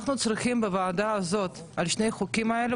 אנחנו סיכמנו שנעשה מיזוג של שני החוקים האלה.